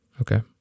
Okay